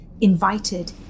invited